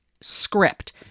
script